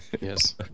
Yes